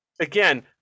again